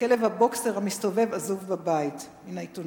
לכלב הבוקסר המסתובב עזוב בבית, מן העיתונות.